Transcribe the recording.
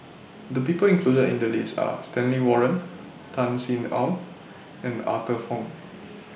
The People included in The list Are Stanley Warren Tan Sin Aun and Arthur Fong